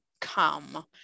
come